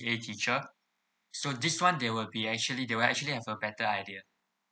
C_C_A teacher so this one they will be actually they will actually have a better idea